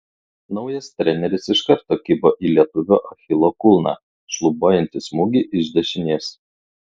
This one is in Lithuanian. naujas treneris iš karto kibo į lietuvio achilo kulną šlubuojantį smūgį iš dešinės